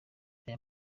aya